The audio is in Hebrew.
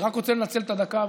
אני רק רוצה לנצל את הדקה,